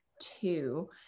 two